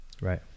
Right